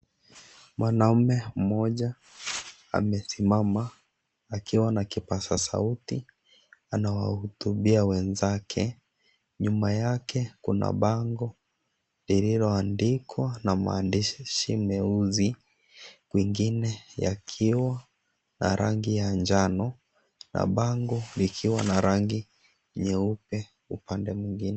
Mwanaume mmoja amesimama akiwa na kipaza sauti anawahutubia wenzake. Nyuma yake kuna bango lililoandikwa na maandishi meusi kwengine yakiwa na rangi ya njano na bango likiwa na langi nyeupe upande mwingine.